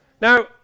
Now